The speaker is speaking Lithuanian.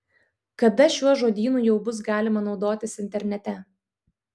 kada šiuo žodynu jau bus galima naudotis internete